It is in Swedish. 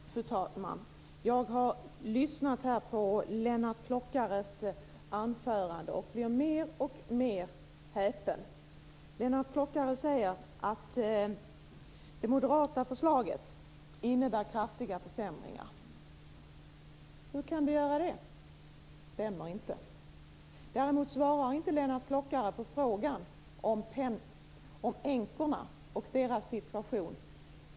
Fru talman! Jag har lyssnat på Lennart Klockares anförande och blir mer och mer häpen. Lennart Klockare säger att det moderata förslaget innebär kraftiga försämringar. Hur kan det göra det? Det stämmer inte. Lennart Klockare svarar inte på frågan om änkorna och deras situation.